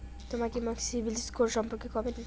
তমা কি মোক সিবিল স্কোর সম্পর্কে কবেন?